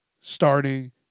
starting